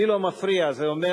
לי לא מפריע, זה אומר,